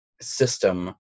system